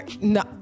No